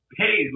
hey